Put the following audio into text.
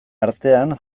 artean